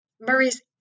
Murray's